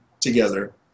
together